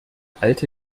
alte